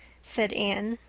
said anne.